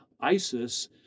ISIS